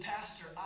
Pastor